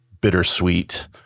bittersweet